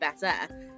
better